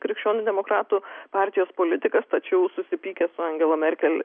krikščionių demokratų partijos politikas tačiau susipykęs su angela merkel